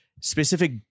specific